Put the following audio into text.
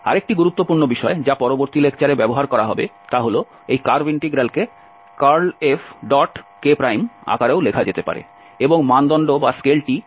আরেকটি গুরুত্বপূর্ণ বিষয় যা পরবর্তী লেকচারে ব্যবহার করা হবে যে এই কার্ভ ইন্টিগ্রালকে curlFk আকারেও লেখা যেতে পারে এবং মানদণ্ডটি আমাদের xy সমতলের লম্ব ছিল